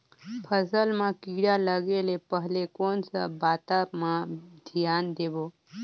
फसल मां किड़ा लगे ले पहले कोन सा बाता मां धियान देबो?